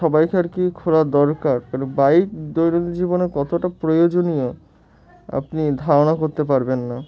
সবাইকে আর কি খোলা দরকার কারণ বাইক দৈনন্দিন জীবনে কতটা প্রয়োজনীয় আপনি ধারণা করতে পারবেন না